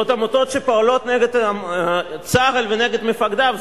ועוד עמותות שפועלות נגד צה"ל ונגד מפקדיו?